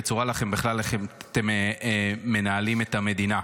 וצורה לכם בכלל איך אתם מנהלים את המדינה.